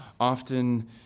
often